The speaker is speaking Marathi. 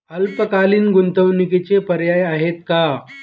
अल्पकालीन गुंतवणूकीचे पर्याय आहेत का?